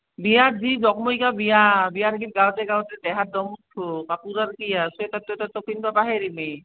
বিয়া যি জকমকীয়া বিয়া বিয়াৰ গীত গাওঁতে গাওঁতে দেহাৰ দম উঠব কাপোৰ আৰু কি আৰু চুৱেটাৰ টুৱেটাৰ চব পিন্ধবা পাহেৰিমেই